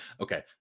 Okay